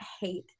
hate